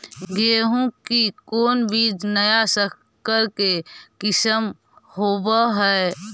गेहू की कोन बीज नया सकर के किस्म होब हय?